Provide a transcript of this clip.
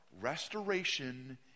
restoration